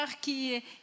qui